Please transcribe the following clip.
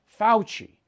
Fauci